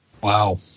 Wow